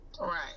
Right